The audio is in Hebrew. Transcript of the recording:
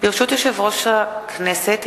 ברשות יושב-ראש הכנסת,